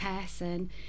person